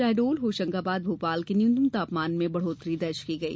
शहडोल होशंगाबाद भोपाल के न्यूनतम तापमान में बढ़ोतरी दर्ज की गई